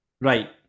Right